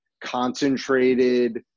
concentrated